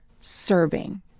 serving